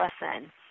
lesson